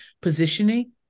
positioning